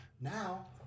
now